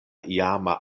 iama